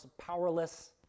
powerless